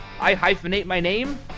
I-hyphenate-my-name